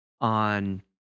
on